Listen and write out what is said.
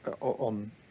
on